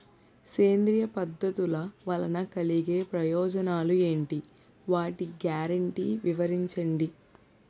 సేంద్రీయ పద్ధతుల వలన కలిగే ప్రయోజనాలు ఎంటి? వాటి గ్యారంటీ వివరించండి?